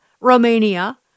Romania—